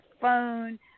phone